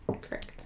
Correct